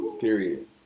Period